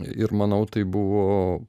ir manau tai buvo